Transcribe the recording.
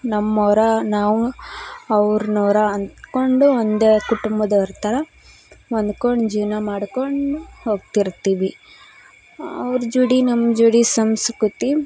ನಮ್ಮೋರು ನಾವು ಅವ್ರ್ನೋರು ಅಂದುಕೊಂಡು ಒಂದೇ ಕುಟುಂಬದವ್ರ ಥರ ಹೊಂದ್ಕೊಂಡ್ ಜೀವನ ಮಾಡ್ಕೊಂಡು ಹೋಗ್ತಿರ್ತೀವಿ ಅವ್ರ ಜೋಡಿ ನಮ್ಮ ಜೋಡಿ ಸಂಸ್ಕೃತಿ